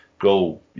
go